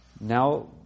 now